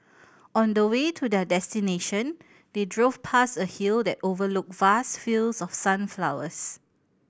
on the way to their destination they drove past a hill that overlooked vast fields of sunflowers